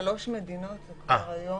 משלוש מדינות אפשר כבר היום.